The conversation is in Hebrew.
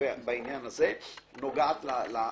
בעניין הזה נוגעת למדריכים.